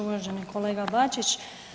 Uvaženi kolega Bačić.